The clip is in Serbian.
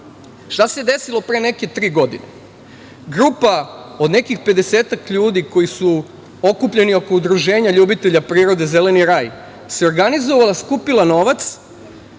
se desilo pre neke tri godine? Grupa od nekih pedesetak ljudi koji su okupljeni oko Udruženja ljubitelja prirode „Zeleni raj“ se organizovala i skupila novac,